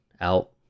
out